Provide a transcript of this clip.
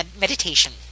meditation